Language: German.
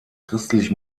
christlich